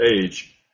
age